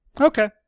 okay